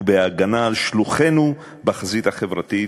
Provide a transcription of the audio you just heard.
ובהגנה על שלוחינו בחזית החברתית,